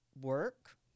work